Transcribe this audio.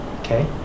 Okay